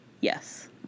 Yes